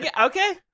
Okay